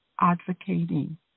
advocating